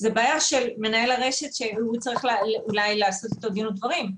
זו בעיה של מנהל הרשת שהוא צריך אולי לעשות איתו דין ודברים,